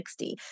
60